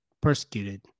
persecuted